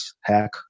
hack